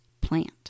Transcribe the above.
plant